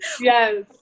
Yes